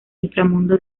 inframundo